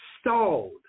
stalled